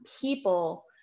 people